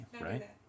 right